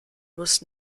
muss